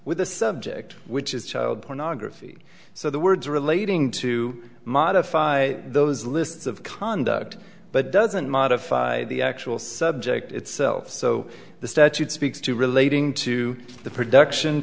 with a subject which is child pornography so the words relating to modify those lists of conduct but doesn't modify the actual subject itself so the statute speaks to relating to the production